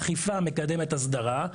אכיפה מקדמת הסדרה.